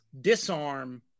disarm